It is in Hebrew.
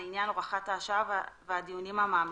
הארכת הוראת השעה והדיונים המעמיקים.